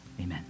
Amen